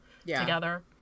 together